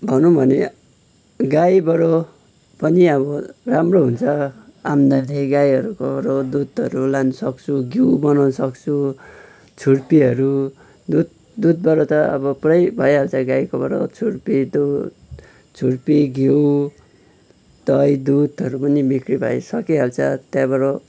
भनौँ भने गाईबाट पनि अब राम्रो हुन्छ आमदानी गाईहरूबाट दुधहरू लान सक्छु घिउ बनाउन सक्छु छुर्पीहरू दुध दुधबाट त अब पुरै भइहाल्छ छुर्पी दुध छुर्पी घिउ दही दुधहरू पनि बिक्री भइसकिहाल्छ त्यहाँबाट